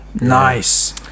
nice